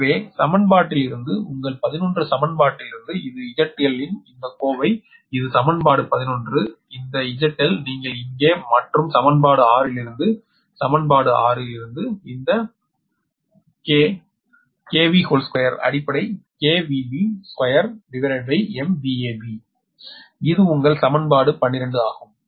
எனவே சமன்பாட்டிலிருந்து உங்கள் 11 சமன்பாட்டிலிருந்து இது ZL இன் இந்த கோவை இது சமன்பாடு 11 இந்த ZL நீங்கள் இங்கே மற்றும் சமன்பாடு 6 இலிருந்து சமன்பாடு 6 இலிருந்து இந்த k 2 அடிப்படை B2Bஇது உங்கள் சமன்பாடு 12 ஆகும்